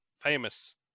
famous